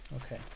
Okay